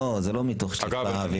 זה לא מתוך שליפה.